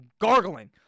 gargling